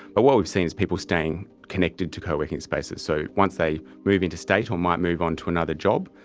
but what we've seen is people staying connected to co-working spaces. so once they move interstate or might move on to another job,